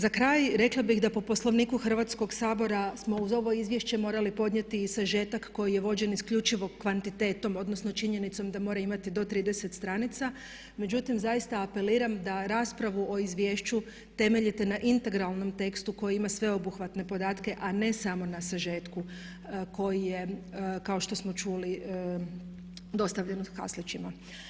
Za kraj rekla bih da po Poslovniku Hrvatskog sabora smo uz ovo izvješće morali podnijeti i sažetak koji je vođen isključivo kvantitetom odnosno činjenicom da mora imati do 30 stranica, međutim zaista apeliram da raspravu o izvješću temeljite na integralnom tekstu koji ima sveobuhvatne podatke a ne samo na sažetku koji je kao što smo čuli dostavljen u kaslićima.